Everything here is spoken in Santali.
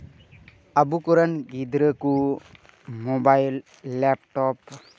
ᱟᱵᱚ ᱠᱚᱨᱮᱱ ᱜᱤᱫᱽᱨᱟᱹ ᱠᱚ ᱢᱳᱵᱟᱭᱤᱞ ᱞᱮᱯᱴᱚᱯ